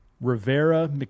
Rivera